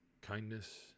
kindness